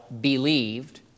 believed